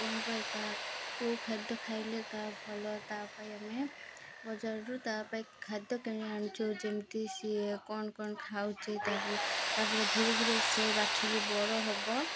କ'ଣ ପାଇଁ ତା କେଉଁ ଖାଦ୍ୟ ଖାଇଲେ ତା ଭଲ ତାପାଇଁ ଆମେ ବଜାରରୁ ତା ପାଇଁ ଖାଦ୍ୟ କିଣି ଆଣିଛୁ ଯେମିତି ସିଏ କ'ଣ କ'ଣ ଖାଉଛି ତାକୁ ତା'ପରେ ଧୀରେ ଧୀରେ ସେ ବାଛୁରୀ ବଡ଼ ହବ